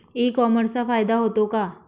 E कॉमर्सचा फायदा होतो का?